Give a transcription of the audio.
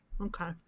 Okay